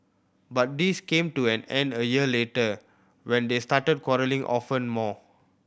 but this came to an end a year later when they started quarrelling often more